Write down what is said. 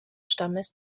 stammes